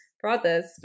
Brothers